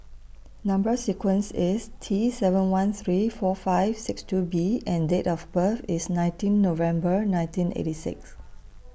Number sequence IS T seven one three four five six two B and Date of birth IS nineteen November nineteen eighty six